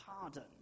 pardon